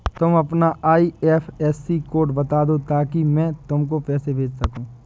तुम अपना IFSC code बता दो ताकि मैं तुमको पैसे भेज सकूँ